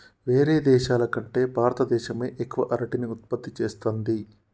వేరే దేశాల కంటే భారత దేశమే ఎక్కువ అరటిని ఉత్పత్తి చేస్తంది